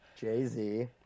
jay-z